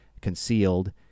concealed